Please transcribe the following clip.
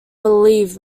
believe